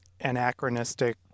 anachronistic